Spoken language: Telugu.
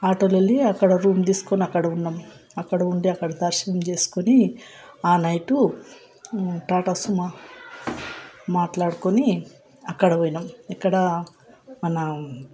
ఆటోలో వెళ్ళి అక్కడ రూమ్ తీసుకుని అక్కడ ఉన్నాం అక్కడ ఉండి అక్కడ దర్శనం చేసుకొని ఆ నైటు టాటా సుమో మాట్లాడుకొని అక్కడ పోయినాం ఎక్కడ మన